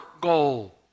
goal